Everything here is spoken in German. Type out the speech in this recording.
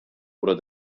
oder